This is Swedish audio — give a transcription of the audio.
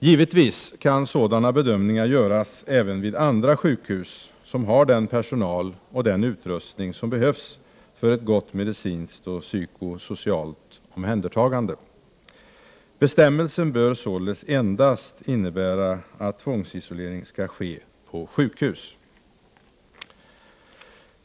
Givetvis kan sådana bedömningar göras även vid andra sjukhus som har den personal och den utrustning som behövs för ett gott medicinskt och psykosocialt omhändertagande. Bestämmelsen bör således endast innebära att tvångsisolering skall ske på sjukhus.